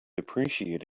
appreciate